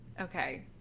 Okay